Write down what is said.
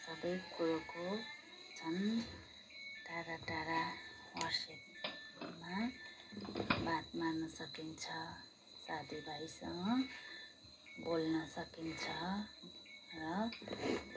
सबै कुरोको झन् टाढा टाढा वाट्सएपमा बात मार्नु सकिन्छ साथीभाइसँग बोल्न सकिन्छ र